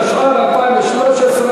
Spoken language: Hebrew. התשע"ד 2013,